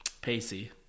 Pacey